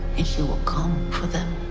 and she will come for them.